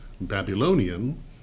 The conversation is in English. Babylonian